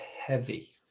heavy